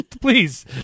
Please